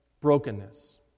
brokenness